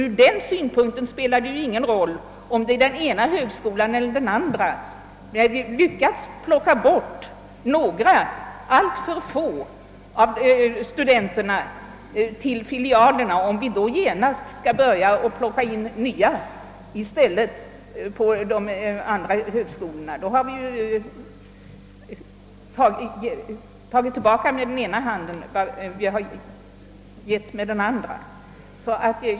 Ur den synpunkten spelar det ingen roll, på vilken högskola man lättar trycket, om vi plockar in nya studenter på de andra högskolorna, sedan vi nu lyckats överföra en del — tyvärr alltför få — studenter till filialerna. Då har vi tagit tillbaka med den ena handen vad vi har givit med den andra.